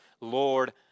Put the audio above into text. Lord